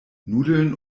nudeln